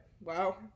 wow